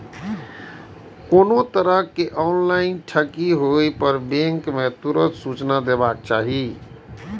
कोनो तरहक ऑनलाइन ठगी होय पर बैंक कें तुरंत सूचना देबाक चाही